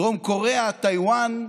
דרום קוריאה, טייוואן,